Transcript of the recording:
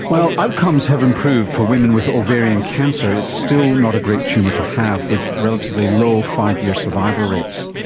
while outcomes have improved for women with ovarian cancer, it's still not a great tumour to have, with relatively low five-year survival rates.